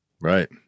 Right